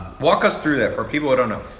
walk us through that for people who don't know.